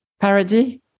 Parody